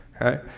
right